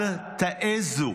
אל תעזו